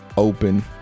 Open